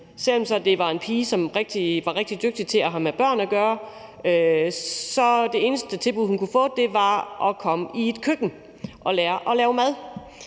Selv om det var en pige, der var rigtig dygtig til at have med børn at gøre, så var det eneste tilbud, hun kunne få, at komme i et køkken og lære at lave mad.